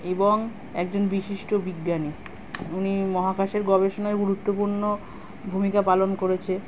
এবং একজন বিশিষ্ট বিজ্ঞানী উনি মহাকাশের গবেষণায় গুরুত্বপূর্ণ ভূমিকা পালন করেছে